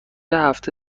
هفته